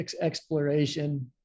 exploration